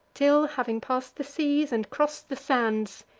till, having pass'd the seas, and cross'd the sands,